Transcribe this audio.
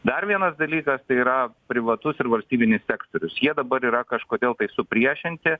dar vienas dalykas tai yra privatus ir valstybinis sektorius jie dabar yra kažkodėl supriešinti